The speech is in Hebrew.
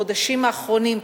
בחודשים האחרונים,